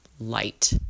light